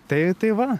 tai tai va